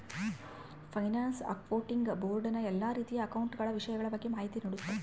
finance accounting board ನ ಎಲ್ಲಾ ರೀತಿಯ ಅಕೌಂಟ ಗಳ ವಿಷಯಗಳ ಬಗ್ಗೆ ಮಾಹಿತಿ ನೀಡುತ್ತ